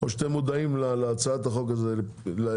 או שאתם מודעים להצעת החוק הזאת על פרטיה?